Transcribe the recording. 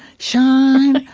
shine,